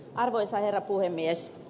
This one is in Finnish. arvoisa herra puhemies